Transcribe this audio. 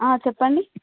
చెప్పండి